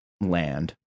land